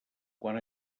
quan